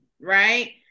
right